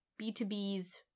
B2B's